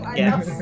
yes